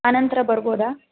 ಆ ನಂತರ ಬರ್ಬೋದಾ